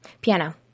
Piano